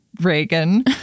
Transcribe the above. reagan